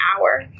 hour